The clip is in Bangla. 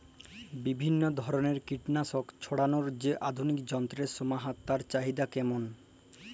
বিভিন্ন ধরনের কীটনাশক ছড়ানোর যে আধুনিক যন্ত্রের সমাহার তার চাহিদা কেমন?